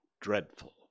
dreadful